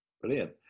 Brilliant